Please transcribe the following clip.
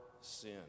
sin